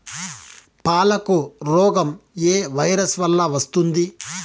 పాలకు రోగం ఏ వైరస్ వల్ల వస్తుంది?